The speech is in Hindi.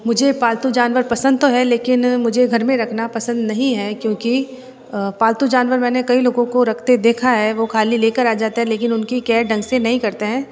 मुझे पालतू जानवर पसंद तो है लेकिन मुझे घर में रखना पसंद नहीं है क्योंकि पालतू जानवर मैंने कई लोगों को रखते देखा है वो खाली लेकर आ जाते हैं लेकिन उनकी केयर ढंग से नहीं करते हैं